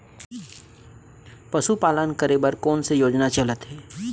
पशुपालन करे बर कोन से योजना चलत हे?